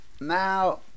now